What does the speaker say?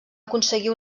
aconseguir